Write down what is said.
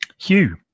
hugh